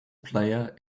player